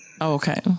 Okay